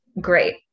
great